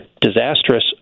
disastrous